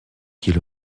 qu’il